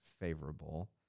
favorable